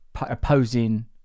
opposing